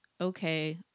okay